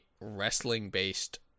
wrestling-based